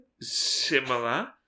Similar